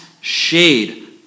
shade